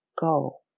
go